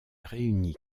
réunit